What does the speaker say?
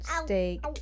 steak